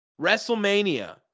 WrestleMania